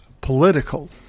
political